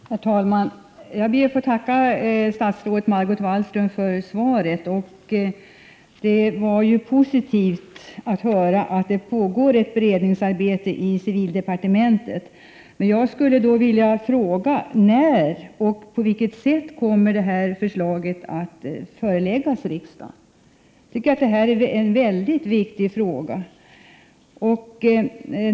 Herr talman! Jag ber att få tacka statsrådet Margot Wallström för svaret. Det var ju positivt att höra att det pågår ett beredningsarbete i civildepartementet. När och på vilket sätt kommer förslaget att föreläggas riksdagen? Detta är en mycket viktig fråga.